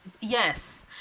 Yes